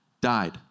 died